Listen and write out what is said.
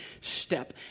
step